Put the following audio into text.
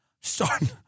starting